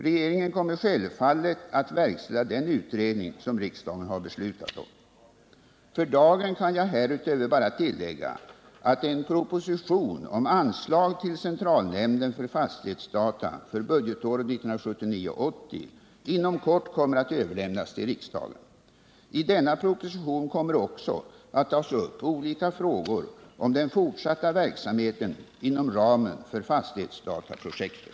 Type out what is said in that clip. Regeringen kommer självfallet att verkställa den utredning som riksdagen har beslutat om. För dagen kan jag härutöver bara tillägga att en proposition om anslag till centralnämnden för fastighetsdata för budgetåret 1979/80 inom kort kommer att överlämnas till riksdagen. I denna proposition kommer också att tas upp olika frågor om den fortsatta verksamheten inom ramen för fastighetsdataprojektet.